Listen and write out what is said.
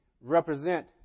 represent